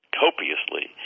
copiously